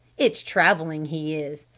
it's travelling he is.